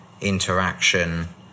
interaction